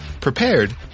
prepared